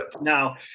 Now